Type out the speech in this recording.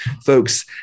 folks